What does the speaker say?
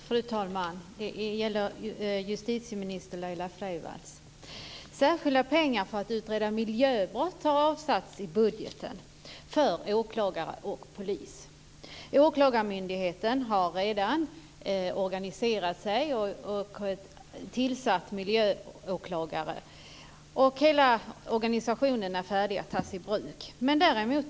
Fru talman! Jag har en fråga till justitieminister Särskilda pengar för att utreda miljöbrott har avsatts i budgeten för åklagare och polis. Åklagarmyndigheten har redan organiserat sig och tillsatt miljöåklagare. Hela organisationen är färdig att tas i bruk.